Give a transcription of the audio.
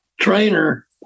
trainer